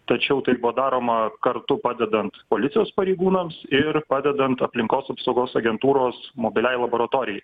tačiau tai buvo daroma kartu padedant policijos pareigūnams ir padedant aplinkos apsaugos agentūros mobiliajai laboratorijai